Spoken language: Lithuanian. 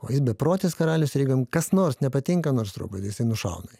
o jis beprotis karalius ir jeigu jam kas nors nepatinka nors truputį jisai nušauna jį